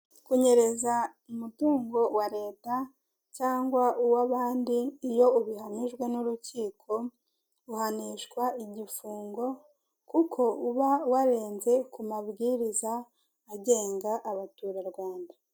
Kunyereza umutungo wa leta cyangwa uwabandi iyo ibihamijwe n'urukiko uhanishwa igifungo kuko uba warenze ku mabwiriza agenga abaturarwanda.